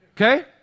Okay